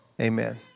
amen